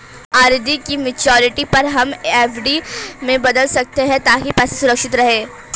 RD की maturity पर हम एफ.डी में बदल सकते है ताकि पैसे सुरक्षित रहें